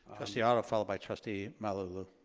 trustee otto followed by trustee malauulu.